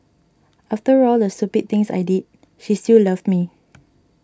after all the stupid things I did she still loved me